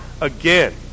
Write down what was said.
again